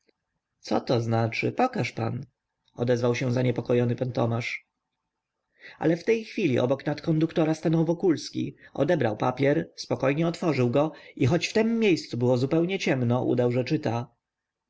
co to znaczy pokaż pan odezwał się zaniepokojony pan tomasz ale w tej chwili obok nadkonduktora stanął wokulski odebrał papier spokojnie otworzył go i choć w tem miejscu było zupełnie ciemno udał że czyta